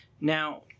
Now